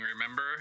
Remember